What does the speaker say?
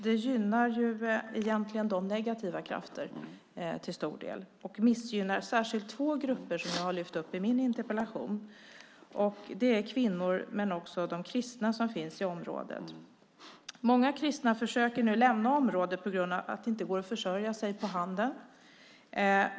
Det gynnar egentligen till stor del de negativa krafterna och missgynnar särskilt två grupper som jag har lyft upp i min interpellation, och det är kvinnorna men också de kristna som finns i området. Många kristna försöker nu lämna området på grund av att det inte går att försörja sig på handeln.